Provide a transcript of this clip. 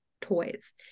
toys